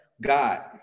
God